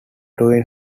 twin